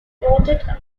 aborted